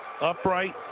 Upright